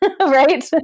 right